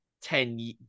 ten